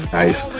nice